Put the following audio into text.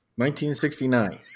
1969